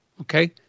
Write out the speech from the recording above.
okay